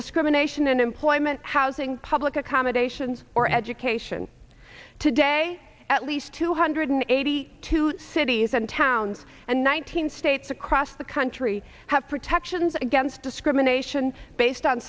discrimination in employment housing public accommodations or education today at least two hundred eighty two cities and towns and one hundred states across the country have protections against discrimination based on